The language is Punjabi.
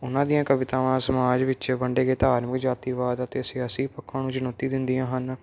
ਉਹਨਾਂ ਦੀਆਂ ਕਵਿਤਾਵਾਂ ਸਮਾਜ ਵਿੱਚ ਵੰਡੇ ਗਏ ਧਾਰਮਿਕ ਜਾਤੀਵਾਦ ਅਤੇ ਸਿਆਸੀ ਪੱਖਾਂ ਨੂੰ ਚੁਣੌਤੀ ਦਿੰਦੀਆਂ ਹਨ